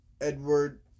Edward